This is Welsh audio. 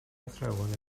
athrawon